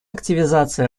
активизации